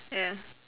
ya